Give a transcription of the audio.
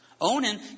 Onan